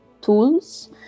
tools